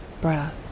breath